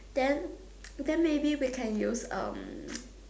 then but then maybe we can use um